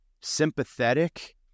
sympathetic